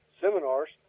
seminars